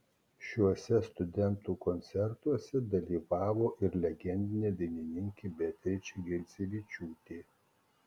šiuose studentų koncertuose dalyvavo ir legendinė dainininkė beatričė grincevičiūtė